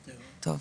טוב.